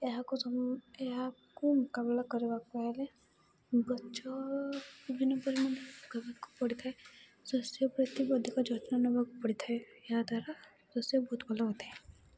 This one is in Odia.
ଏହାକୁ ଏହାକୁ ମୁକାବିଲା କରିବାକୁ ହେଲେ ଗଛ ବିଭିନ୍ନ ପରିମାଣରେ ମୁଖିବାକୁ ପଡ଼ିଥାଏ ଶସ୍ୟ ପ୍ରତି ଅଧିକ ଯତ୍ନ ନବାକୁ ପଡ଼ିଥାଏ ଏହାଦ୍ୱାରା ଶସ୍ୟ ବହୁତ ଭଲ ହୋଇଥାଏ